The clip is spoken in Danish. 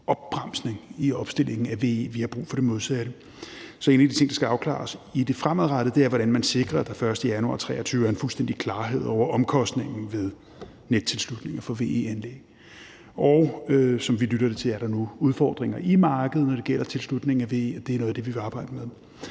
opbremsning i opstillingen af VE-anlæg – vi har brug for det modsatte. Så en af de ting, der skal afklares i det fremadrettede, er, hvordan man sikrer, at der den 1. januar 2023 er en fuldstændig klarhed over omkostningen ved nettilslutning af VE-anlæg. Og som vi hører det, er der nu udfordringer i markedet, når det gælder tilslutningen af VE, og det er noget af det, vi vil arbejde